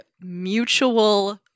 mutual